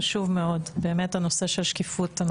חשוב מאוד באמת הנושא של שקיפות,